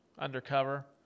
undercover